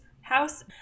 house